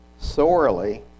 sorely